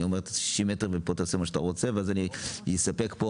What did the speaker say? אני לוקח 60 מטרים ואומרים לי: תעשה מה שאתה רוצה ואז אני אספק פה